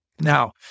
Now